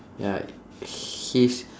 ya he's